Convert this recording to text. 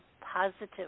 positive